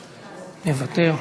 מוותר.